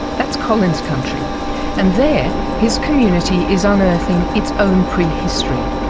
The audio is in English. that's colin's country and there his community is unearthing its own prehistory,